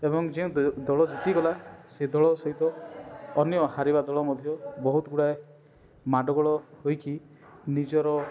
ଏବଂ ଯେଉଁ ଦଳ ଜିତିଗଲା ସେ ଦଳ ସହିତ ଅନ୍ୟ ହାରିବା ଦଳ ମଧ୍ୟ ବହୁତ ଗୁଡ଼ାଏ ମାଡ଼ଗୋଳ ହୋଇକି ନିଜର